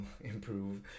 improve